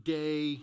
day